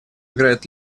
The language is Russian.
играет